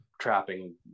trapping